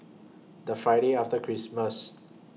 The Friday after Christmas